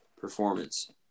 performance